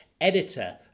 Editor